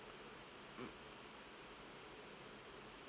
mm